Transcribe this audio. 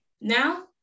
Now